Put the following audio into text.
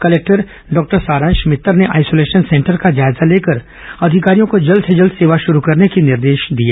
collector doctor Saransh Mittar ने isolation centre का जायजा लेकर अधिकारियों को जल्द से जल्द सेवा शुरू करने के निर्देश दिए